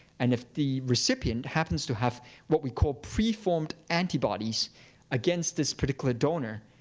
and if the recipient happens to have what we called preformed antibodies against this particular donor,